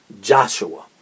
Joshua